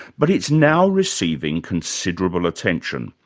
but it's now receiving considerable attention,